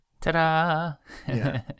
Ta-da